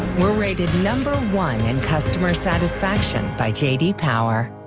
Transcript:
we're rated number one and customer satisfaction by j d power.